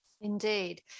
Indeed